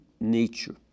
nature